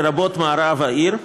לרבות מערב העיר,